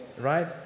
Right